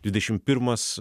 dvidešimt pirmas